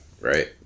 Right